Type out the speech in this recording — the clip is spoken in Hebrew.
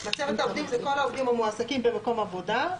"מצבת עובדים" כל העובדים המועסקים במקום עבודה,